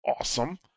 Awesome